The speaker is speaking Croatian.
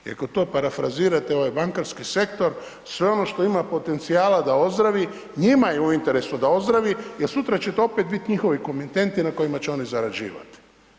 I ako to parafrazirate u ovaj bankarski sektor, sve ono što ima potencijala da ozdravi njima je u interesu da ozdravi jer sutra ćete opet biti njihovi komitenti na kojima će oni zarađivati.